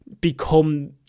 become